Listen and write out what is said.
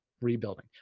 rebuilding